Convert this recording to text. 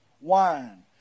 wine